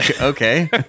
okay